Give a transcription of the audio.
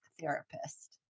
therapist